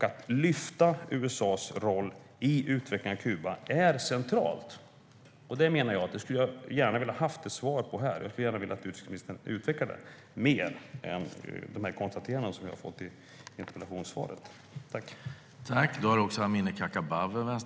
Att lyfta fram USA:s roll i utvecklingen av Kuba är centralt. Detta skulle jag gärna ha velat att utrikesministern gjort i svaret. Jag skulle gärna vilja att utrikesministern utvecklade detta mer, utöver de konstateranden som vi fått i interpellationssvaret.